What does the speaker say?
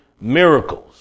miracles